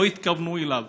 שלא התכוונו אליו,